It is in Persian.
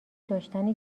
داشتن